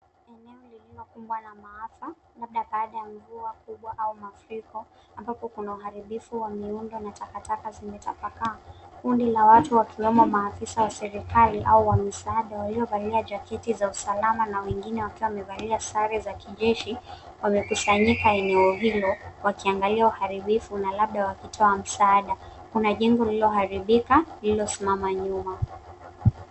Eneo lilio kumbwa na maafa labda baada ya mvua kubwa au mafuriko ambapo kuna uharibifu wa miundo na takataka zime tapaka. Kundi la watu wakiwemo maafisa wa serikali au wa misaada walio valia jaketi za usalama na wengine wakiwa wamevalia sare za kijeshi wamekusanyika eneo hilo wakiangalia uharibifu na labda wakitoa msaada. Kuna jengo iliyo haribika lilo simama nyuma.